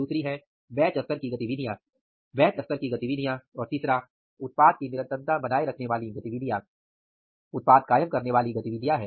दूसरी है बैच स्तर की गतिविधियाँ बैच स्तर की गतिविधियाँ और तीसरा उत्पाद कायम रखने वाली गतिविधियाँ उत्पाद कायम करने वाली गतिविधियाँ हैं